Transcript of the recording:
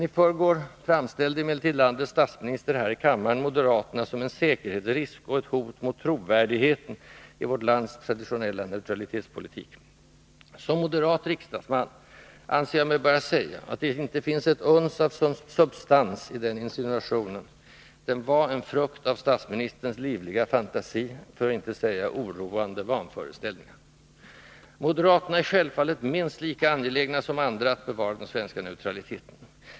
I förrgår framställde emellertid landets statsminister här i kammaren moderaterna som en ”säkerhetsrisk” och ett hot mot trovärdigheten i vårt lands traditionella neutralitetspolitik. Som moderat riksdagsman anser jag mig böra säga att det inte finns ett uns av substans i den insinuationen: den var en frukt av statsministerns livliga fantasi, för att inte säga oroande vanföreställningar. Moderaterna är självfallet minst lika angelägna som andra att bevara den svenska neutraliteten.